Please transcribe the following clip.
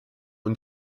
und